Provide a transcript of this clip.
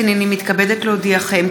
הינני מתכבדת להודיעכם,